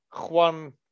Juan